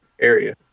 area